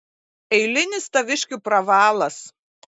eilinis taviškių pravalas